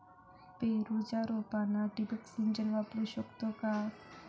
पेरूच्या रोपांना ठिबक सिंचन वापरू शकतो का?